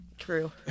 true